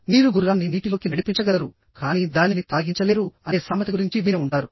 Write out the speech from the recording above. మీరు గుర్రాన్ని నీటిలోకి నడిపించగలరు కానీ దానిని త్రాగించలేరు అనే సామెత గురించి మీరు వినే ఉంటారు